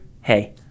hey